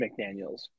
McDaniels